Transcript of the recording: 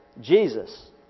Jesus